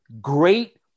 great